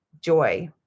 joy